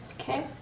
Okay